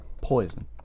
poison